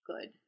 good